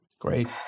Great